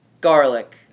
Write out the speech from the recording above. garlic